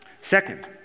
Second